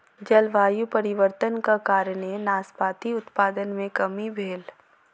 जलवायु परिवर्तनक कारणेँ नाशपाती उत्पादन मे कमी भेल